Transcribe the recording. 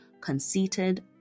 conceited